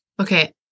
Okay